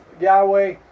Yahweh